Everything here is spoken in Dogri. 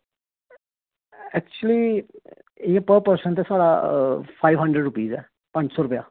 ऐक्चुअली इ'यां पर पर्सन ते साढ़ा फाईव हंड्रेड रुपीज ऐ पंज सौ रपेआ